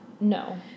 No